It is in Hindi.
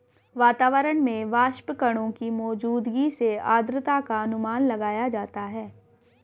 वातावरण में वाष्पकणों की मौजूदगी से आद्रता का अनुमान लगाया जाता है